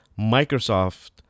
Microsoft